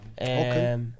Okay